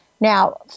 Now